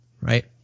right